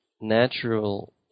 natural